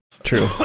true